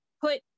put